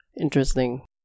interesting